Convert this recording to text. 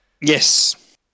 yes